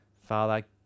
Father